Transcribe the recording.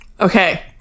Okay